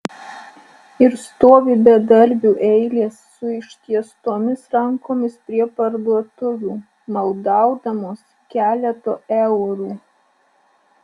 ir stovi bedarbių eilės su ištiestomis rankomis prie parduotuvių maldaudamos keleto eurų